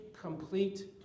complete